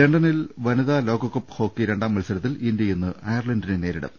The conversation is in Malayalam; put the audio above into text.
ലണ്ടനിൽ വനിതാ ലോകകപ്പ് ഹോക്കി രണ്ടാം മത്സര ത്തിൽ ഇന്ത്യ ഇന്ന് അയർലന്റിനെ നേരിടും